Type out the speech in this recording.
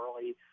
early